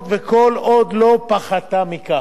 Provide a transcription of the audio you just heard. וכל עוד לא פחתה מכך.